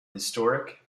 historic